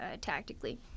tactically